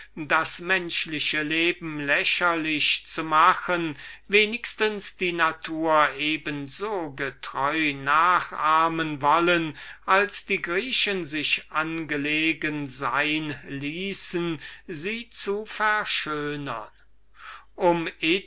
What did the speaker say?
das menschliche leben lächerlich zu machen wenigstens die natur eben so getreu nachahmen wollen als die griechen sich angelegen sein ließen sie zu verschönern um